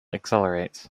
accelerates